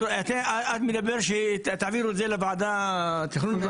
את מדברת שתעבירו את זה לוועדת תכנון?